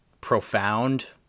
profound